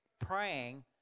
praying